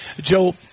Joe